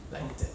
!wah!